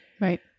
Right